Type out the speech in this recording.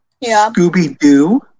scooby-doo